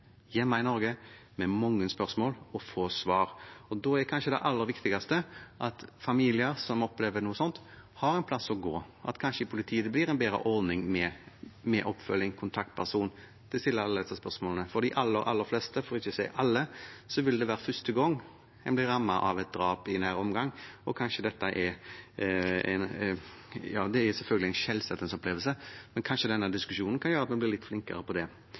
i Norge med mange spørsmål og få svar. Da er kanskje det aller viktigste at familier som opplever noe sånt, har en plass å gå, og at det i politiet kanskje blir en bedre ordning, med oppfølging og en kontaktperson som man kan stille alle disse spørsmålene til. For de aller fleste – for ikke å si alle – vil det være første gangen en har blitt rammet av et drap i sin nære omgangskrets. Det er selvfølgelig en skjellsettende opplevelse, men kanskje denne diskusjonen kan gjøre at vi blir litt flinkere når det